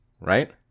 right